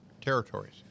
territories